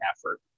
effort